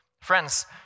Friends